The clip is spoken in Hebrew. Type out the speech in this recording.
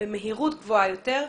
במהירות גבוהה יותר.